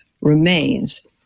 remains